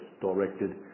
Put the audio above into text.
directed